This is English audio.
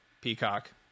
Peacock